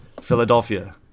Philadelphia